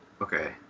Okay